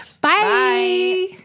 Bye